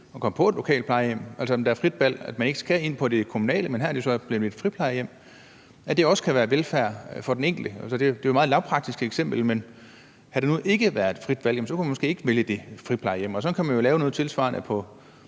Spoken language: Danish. at komme på et lokalt plejehjem, altså at der er frit valg og man ikke skal ind på det kommunale, men som her kan komme på et friplejehjem – at det også kan være velfærd for den enkelte. Altså, det er jo et meget lavpraktisk eksempel, men havde der nu ikke været frit valg, kunne man måske ikke vælge det friplejehjem, og sådan kan man jo lave noget tilsvarende